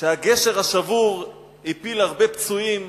שהגשר השבור שם הפיל הרבה פצועים,